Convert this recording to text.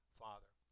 father